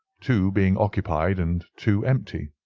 two being occupied and two empty.